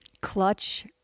Clutch